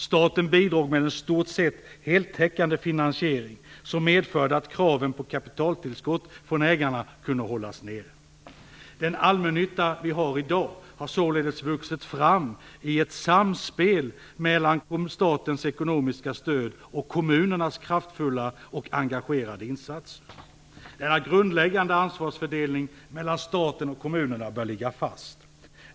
Staten bidrog med en i stort sett heltäckande finansiering som medförde att kraven på kapitaltillskott från ägarna kunde hållas nere. Den allmännytta vi har i dag har således vuxit fram i ett samspel mellan statens ekonomiska stöd och kommunernas kraftfulla och engagerade insatser. Denna grundläggande ansvarsfördelning mellan staten och kommunerna bör ligga fast.